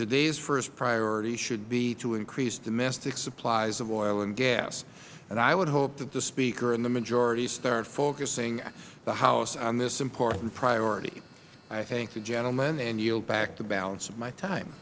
today's first priority should be to increase domestic supplies of oil and gas i would hope that the speaker and the majority start focusing the house on this important priority i thank the gentleman and yield back the balance of my time